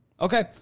Okay